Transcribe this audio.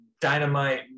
dynamite